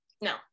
No